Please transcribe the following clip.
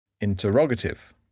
Interrogative